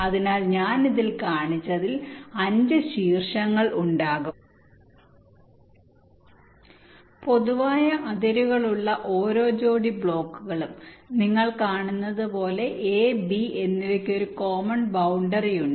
അതിനാൽ ഞാൻ ഇതുപോലെ കാണിച്ചതിൽ 5 വെർടെക്സ് ഉണ്ടാകും പൊതുവായ അതിരുകളുള്ള ഓരോ ജോടി ബ്ലോക്കുകളും നിങ്ങൾ കാണുന്നത് പോലെ A B എന്നിവയ്ക്ക് ഒരു കോമൺ ബൌണ്ടറി ഉണ്ട്